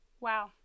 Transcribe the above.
Wow